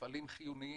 מפעלים חיוניים,